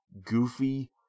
goofy